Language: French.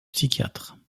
psychiatre